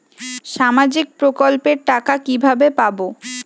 সামাজিক প্রকল্পের টাকা কিভাবে পাব?